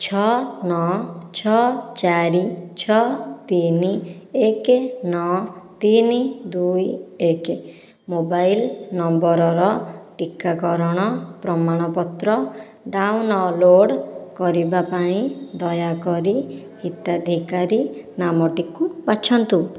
ଛଅ ନଅ ଛଅ ଚାରି ଛଅ ତିନି ଏକ ନଅ ତିନି ଦୁଇ ଏକ ମୋବାଇଲ ନମ୍ବରର ଟିକାକରଣ ପ୍ରମାଣପତ୍ର ଡାଉନଲୋଡ଼୍ କରିବା ପାଇଁ ଦୟାକରି ହିତାଧିକାରୀ ନାମଟିକୁ ବାଛନ୍ତୁ